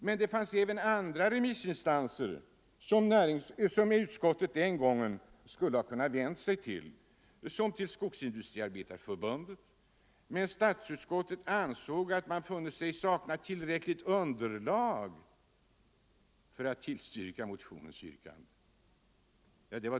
Men det fanns även andra remissinstanser som utskottet kunde ha vänt sig till, t.ex. Skogsindustriarbetareförbundet, men statsutskottet ansåg att man funnit sig sakna tillräckligt underlag för att tillstyrka motionens yrkande.